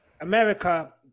America